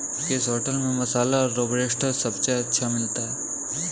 किस होटल में मसाला लोबस्टर सबसे अच्छा मिलता है?